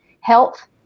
health